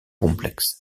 complexe